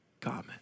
common